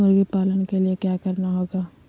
मुर्गी पालन के लिए क्या करना होगा?